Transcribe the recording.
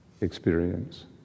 experience